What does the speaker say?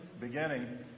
beginning